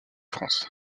france